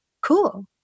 Cool